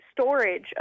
storage